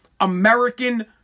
American